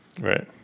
Right